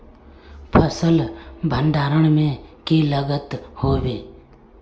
फसल भण्डारण में की लगत होबे?